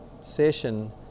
session